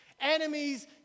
enemies